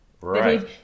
Right